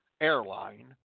airline